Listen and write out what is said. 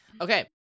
Okay